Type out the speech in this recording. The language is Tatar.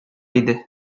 иде